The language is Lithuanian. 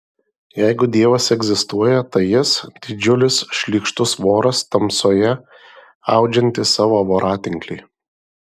jeigu dievas egzistuoja tai jis didžiulis šlykštus voras tamsoje audžiantis savo voratinklį